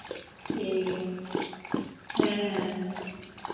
ᱴᱷᱤᱠ ᱜᱮᱭᱟ ᱦᱮᱸ ᱦᱮᱸ